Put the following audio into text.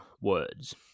words